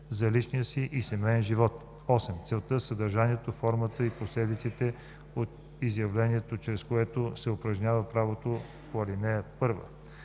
за личния си и семеен живот; 8. целта, съдържанието, формата и последиците от изявлението, чрез което се упражняват правата по ал. 1;